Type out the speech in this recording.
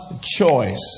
choice